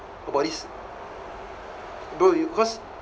about this bro you cause